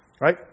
right